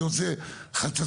אני רוצה חצצים,